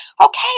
okay